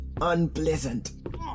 unpleasant